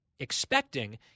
expecting